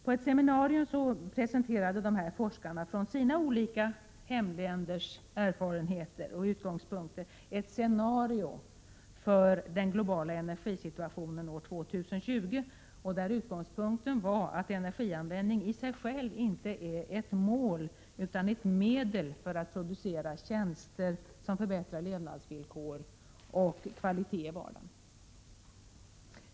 På ett seminarium presenterade dessa forskare från sina olika hemländers erfarenheter och utgångspunkter ett scenario för den globala energisituationen år 2020. Utgångspunkten var att energianvändning i sig inte är ett mål utan ett medel att producera tjänster som förbättrar levnadsvillkor och kvalitet i vardagen.